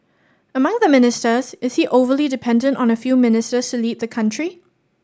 among the ministers is he overly dependent on a few ministers to lead the country